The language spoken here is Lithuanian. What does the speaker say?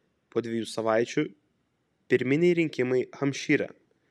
po dviejų savaičių pirminiai rinkimai hampšyre